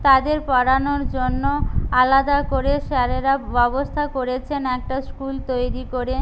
তাদের পড়ানোর জন্য আলাদা করে স্যারেরা ব্যবস্থা করেছেন একটা স্কুল তৈরি করে